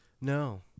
No